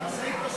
תעשה אתו סלפי.